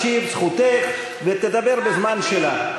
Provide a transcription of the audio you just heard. גברתי תקשיב או לא תקשיב, זכותך, ותדבר בזמן שלה.